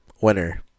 winner